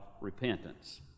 repentance